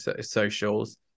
socials